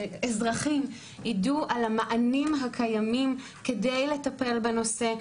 של אזרחים שיידעו על המענים הקיימים כדי לטפל בנושא,